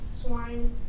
swine